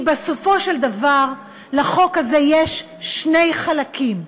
כי בסופו של דבר לחוק הזה יש שני חלקים: